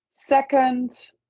Second